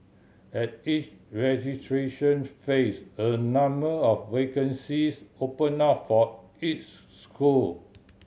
at each registration phase a number of vacancies open up for each school